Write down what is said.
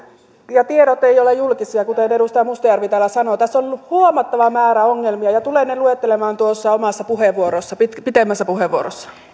ja tiedot eivät ole julkisia kuten edustaja mustajärvi täällä sanoi tässä on huomattava määrä ongelmia ja tulen ne luettelemaan omassa pitemmässä puheenvuorossani